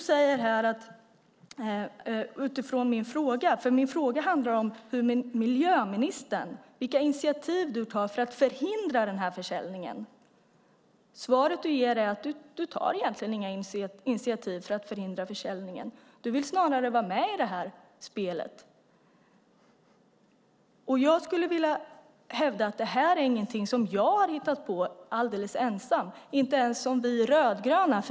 Min fråga handlade om vilka initiativ du, miljöministern, tar för att förhindra försäljningen. Det svar du ger är att du egentligen inte tar några initiativ för att förhindra försäljningen. Du vill snarare vara med i det här spelet. Jag skulle vilja hävda att det här inte är någonting som jag har hittat på alldeles ensam, inte ens vi rödgröna.